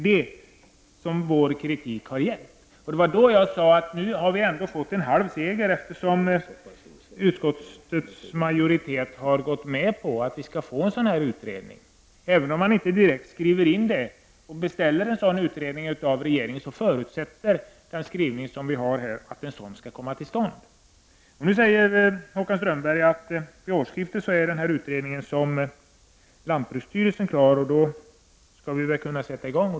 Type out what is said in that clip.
Det är det vår kritik har gällt. Jag sade att vi nu har fått en halv seger, eftersom utskottets majoritet har gått med på att vi skall få en utredning. Även om man inte direkt har skrivit in att man vill beställa en sådan utredning av regeringen, förutsätter den skrivning som föreligger att en sådan utredning skall komma till stånd. Nu säger Håkan Strömberg att lantbruksstyrelsens utredning är klar vid årsskiftet. Då skall vi kunna sätta i gång.